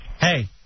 Hey